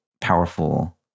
powerful